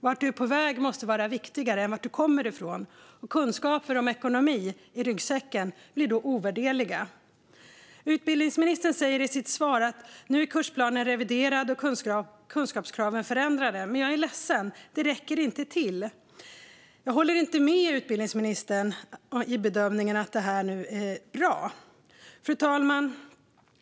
Vart du är på väg måste vara viktigare än varifrån du kommer, och kunskaper om ekonomi i ryggsäcken blir då ovärderliga. Utbildningsministern säger i sitt svar att kursplanen nu är reviderad och kunskapskraven förändrade. Men jag är ledsen - det räcker inte. Jag håller inte med utbildningsministern om bedömningen att detta nu är bra. Fru talman!